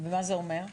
ומה זה אומר?